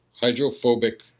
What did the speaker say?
hydrophobic